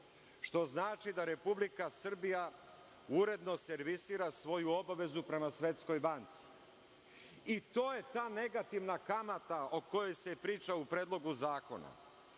što znači, da Republika Srbija uredno servisira svoju obavezu prema Svetskoj banci. To je ta negativna kamata o kojoj se priča u predlogu zakona.U